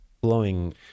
blowing